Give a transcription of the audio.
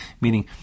meaning